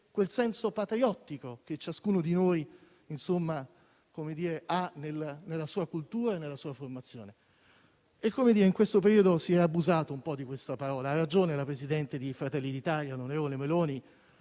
il senso patriottico che ciascuno di noi ha nella sua cultura e nella sua formazione. In questo periodo si è abusato un po' di questa parola; ha ragione la presidente di Fratelli d'Italia, onorevole Meloni,